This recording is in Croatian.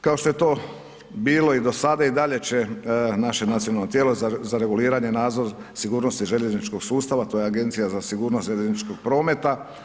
Kao što je to bilo i do sada, i dalje će naše nacionalno tijelo za reguliranje nadzora sigurnosti željezničkog sustava, to je Agencija za sigurnost željezničkog prometa.